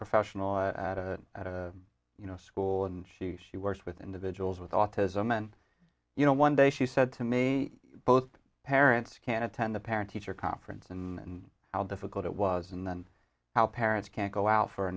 paraprofessional you know school and she she works with individuals with autism and you know one day she said to me both parents can attend the parent teacher conference and how difficult it was and then how parents can't go out for a